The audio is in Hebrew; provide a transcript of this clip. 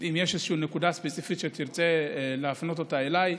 אם יש איזושהי נקודה ספציפית שתרצה להפנות אליי,